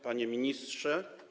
Panie Ministrze!